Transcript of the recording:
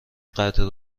قطع